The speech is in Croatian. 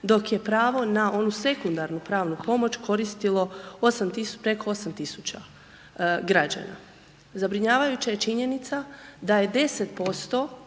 dok je pravo na onu sekundarnu pravnu pomoć koristilo preko 8 tisuća građana. Zabrinjavajuća je činjenica da je 10%